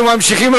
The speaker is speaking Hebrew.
אנחנו ממשיכים.